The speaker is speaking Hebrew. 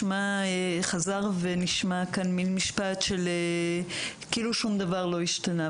וחזר ונשמע כאן מין משפט שכאילו שום דבר לא השתנה.